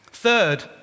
Third